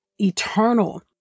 eternal